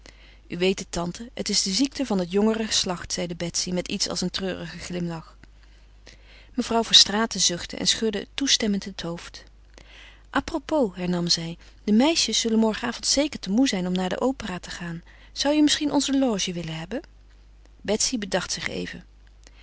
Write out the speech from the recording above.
u weet het tante het is de ziekte van het jongere geslacht zeide betsy met iets als een treurigen glimlach mevrouw verstraeten zuchtte en schudde toestemmend het hoofd a propos hernam zij de meisjes zullen morgenavond zeker te moê zijn om naar de opera te gaan zoû je misschien onze loge willen hebben betsy bedacht zich even